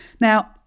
Now